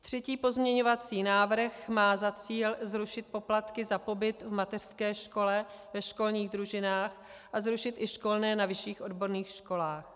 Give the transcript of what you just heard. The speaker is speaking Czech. Třetí pozměňovací návrh má za cíl zrušit poplatky za pobyt v mateřské škole, ve školních družinách a zrušit i školné na vyšších odborných školách.